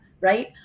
right